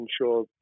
ensure